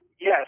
Yes